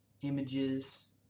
images